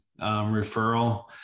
referral